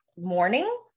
morning